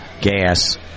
gas